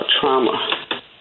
trauma